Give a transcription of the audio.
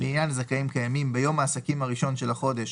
לעניין זכאים קיימים ביום העסקים הראשון של החודש,